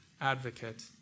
advocate